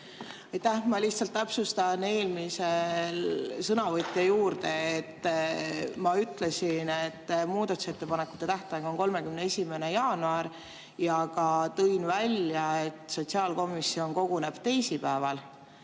Ma lihtsalt täpsustan eelmise sõnavõtu juurde: ma ütlesin, et muudatusettepanekute tähtaeg on 31. jaanuar, ja tõin ka välja, et sotsiaalkomisjon koguneb teisipäeval.